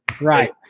Right